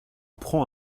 prend